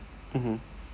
mmhmm